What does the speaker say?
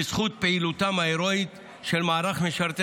בזכות פעילותם ההרואית של מערך משרתי